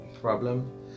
problem